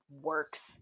works